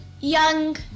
young